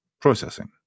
processing